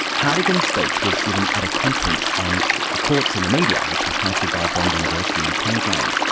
hartigan's speech was given at a conference on the courts and the media, which was hosted by bond university in queensland.